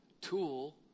tool